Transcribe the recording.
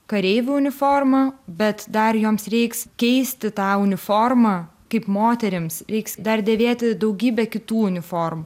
kareivio uniformą bet dar joms reiks keisti tą uniformą kaip moterims reiks dar dėvėti daugybę kitų uniformų